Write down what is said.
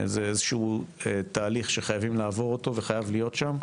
זה איזשהו תהליך שחייבים לעבור אותו וחייב להיות שם.